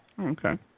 Okay